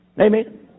Amen